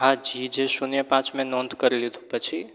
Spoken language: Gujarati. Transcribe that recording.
હા જી જે શૂન્ય પાંચ મેં નોંધ કરી લીધું પછી